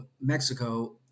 Mexico